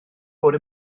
bod